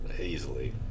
Easily